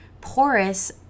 porous